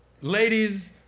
ladies